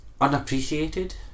Unappreciated